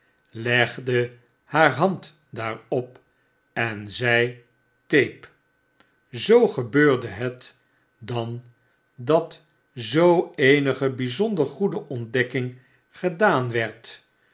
legde haar hand daarop en zei w tape zoo gebeurde het dan dat zoo eenige bijzonder goede ontdekking gedaan werd